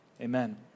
Amen